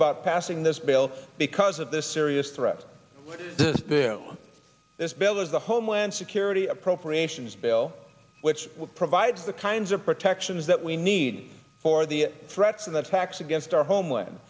about passing this bill because of this serious threat this bill is the homeland security appropriations bill which will provide the kinds of protections that we need need for the threats of attacks against our homeland